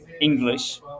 English